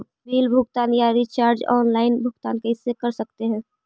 Bill भुगतान या recharge online भुगतान कर सकते हैं?